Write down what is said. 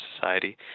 society